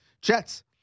Jets